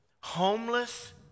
homeless